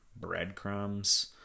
breadcrumbs